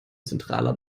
zentraler